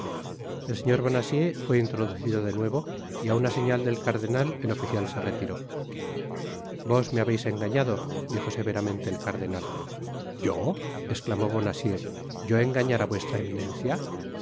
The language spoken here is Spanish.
el señor bonacieux fué introducido de nuevo y á una seña del cardenal el oficial se retiró vos me habeis engañado dijo severamente el cardenal yo esclamó bonacieux yo engañar á vuestra eminencia